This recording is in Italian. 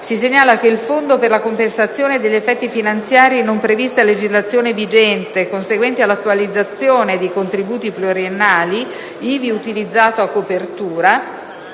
si segnala che il Fondo per la compensazione degli effetti finanziari non previsti a legislazione vigente conseguente all'attualizzazione dei contributi pluriennali, ivi utilizzato a copertura,